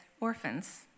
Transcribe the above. orphans